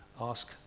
Ask